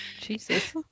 Jesus